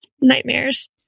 nightmares